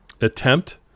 attempt